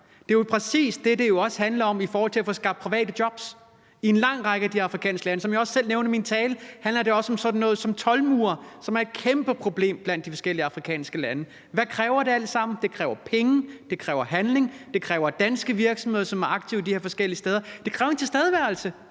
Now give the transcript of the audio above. Det er jo præcis det, det også handler om i forhold til at få skabt private jobs i en lang række af de afrikanske lande. Som jeg også selv nævnte i min tale, handler det også om sådan noget som toldmure, som er et kæmpeproblem blandt de forskellige afrikanske lande. Hvad kræver det alt sammen? Det kræver penge, det kræver handling, og det kræver danske virksomheder, som er aktive de her forskellige steder. Det kræver en tilstedeværelse